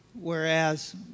Whereas